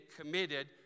committed